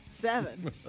seven